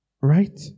Right